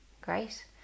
Great